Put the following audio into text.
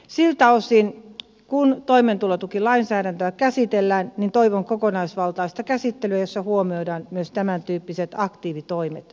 siltä osin kuin toimeentulotukilainsäädäntöä käsitellään toivon kokonaisvaltaista käsittelyä jossa huomioidaan myös tämäntyyppiset aktiivitoimet